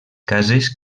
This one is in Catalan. cases